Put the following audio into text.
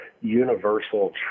universal